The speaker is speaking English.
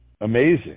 Amazing